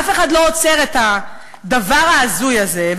אף אחד לא עוצר את הדבר ההזוי הזה.